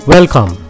Welcome